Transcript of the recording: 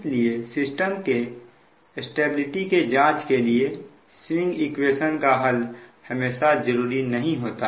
इसलिए सिस्टम के स्टेबिलिटी के जांच के लिए स्विंग इक्वेशन का हल हमेशा जरूरी नहीं होता